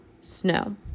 snow